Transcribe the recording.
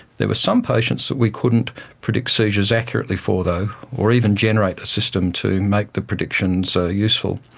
there were some patients that we couldn't predict seizures accurately for though or even generate a system to make the predictions so useful.